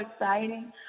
exciting